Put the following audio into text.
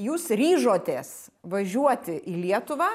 jūs ryžotės važiuoti į lietuvą